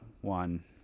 one